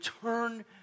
turn